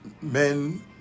men